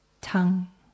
tongue